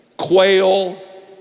quail